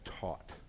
taught